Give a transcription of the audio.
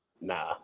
Nah